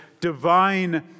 divine